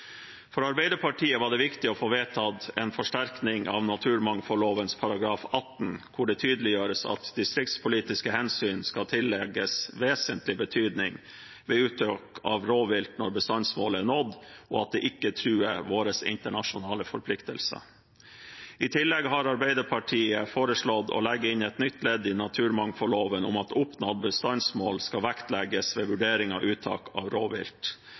For Arbeiderpartiet var det viktig å få vedtatt en forsterkning av naturmangfoldloven § 18 hvor det tydeliggjøres at distriktspolitiske hensyn skal tillegges vesentlig betydning ved uttak av rovvilt når bestandsmålet er nådd og det ikke truer våre internasjonale forpliktelser. I tillegg har Arbeiderpartiet foreslått å legge inn et nytt ledd i naturmangfoldloven om at oppnådd bestandsmål skal vektlegges ved vurdering av uttak av rovvilt.